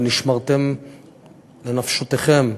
ונשמרתם לנפשותיכם.